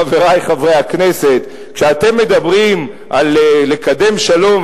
חברי חברי הכנסת: כשאתם מדברים על לקדם שלום,